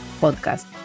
Podcast